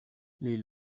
les